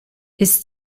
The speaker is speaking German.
ist